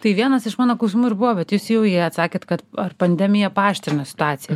tai vienas iš mano klausimų ir buvo bet jūs jau į jį atsakėt kad ar pandemija paaštrina situaciją